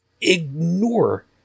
ignore